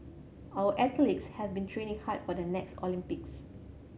our athletes have been training hard for the next Olympics